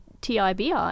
TIBI